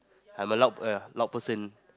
I'm a loud ya loud person